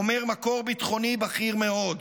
אומר מקור ביטחוני בכיר מאוד,